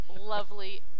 lovely